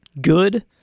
good